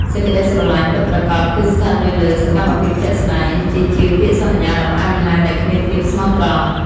សេចក្ដីស្រឡាញ់ពិតប្រាកដគឺស្ថិតនៅលើ «សកម្មភាពជាក់ស្ដែង» ជាជាងពាក្យសន្យាដ៏ផ្អែមល្ហែមដែលគ្មានភាពស្មោះត្រង់។